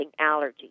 allergies